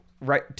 right